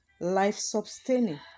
life-sustaining